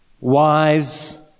wives